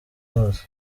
bose